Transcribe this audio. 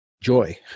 joy